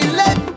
let